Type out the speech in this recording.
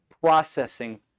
processing